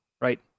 Right